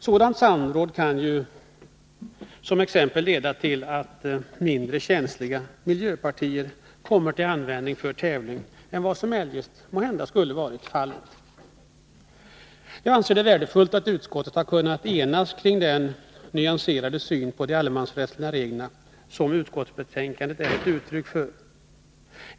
Sådant samråd kan som exempel leda till att mindre känsliga miljöpartier kommer till användning för tävling än vad som eljest måhända skulle ha varit fallet. Jag anser det värdefullt att utskottet har kunnat enas kring den nyanserade syn på de allemansrättsliga reglerna som utskottsbetänkandet ger uttryck för.